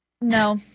No